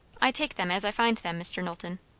i take them as i find them, mr. knowlton.